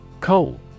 Coal